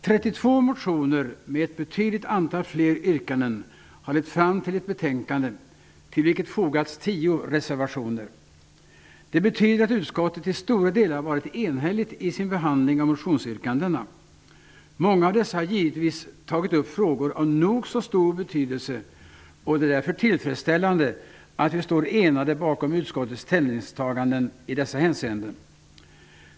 32 motioner med betydligt fler yrkanden har lett fram till ett betänkande till vilket fogats tio reservationer. Det betyder att utskottet till stora delar har varit enhälligt i sin behandling av motionsyrkandena. Många av dessa har givetvis tagit upp frågor av nog så stor betydelse. Det är därför tillfredsställande att vi står enade bakom utskottets ställningstaganden i dessa hänseenden.